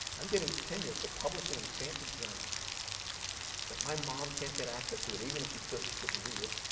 i'm getting tenure for publishing in fancy journals that my mom can't get access to, and even if she could, she couldn't read it.